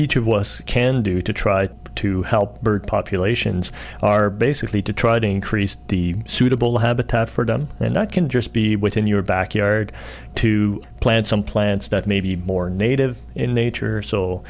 each of us can do to try to help bird populations are basically to try to increase the suitable habitat for done and that can just be within your backyard to plant some plants that may be more native in nature